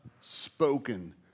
spoken